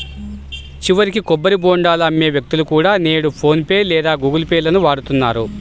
చివరికి కొబ్బరి బోండాలు అమ్మే వ్యక్తులు కూడా నేడు ఫోన్ పే లేదా గుగుల్ పే లను వాడుతున్నారు